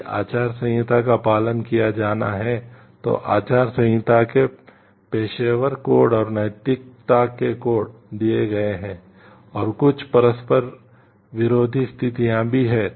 यदि आचार संहिता का पालन किया जाना है तो आचार संहिता के पेशेवर कोड दिए गए हैं और कुछ परस्पर विरोधी स्थितियां भी हैं